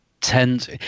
tends